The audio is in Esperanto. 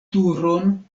turon